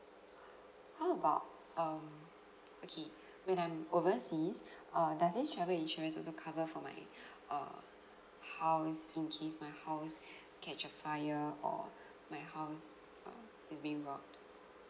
how about um okay when I'm overseas uh does this travel insurance also cover for my err house in case my house catch a fire or my house uh is being robbed